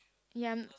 ya